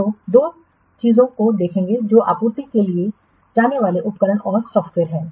तो दो चीजों को देखेंगे जो आपूर्ति किए जाने वाले उपकरण और सॉफ़्टवेयर हैं